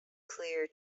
clear